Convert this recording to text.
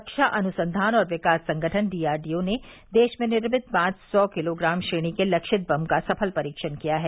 रक्षा अनुसंधान और विकास संगठन डीआरडीओ ने देश में निर्मित पांच सौ किलोग्राम श्रेणी के लक्षित बम का सफल परीक्षण किया है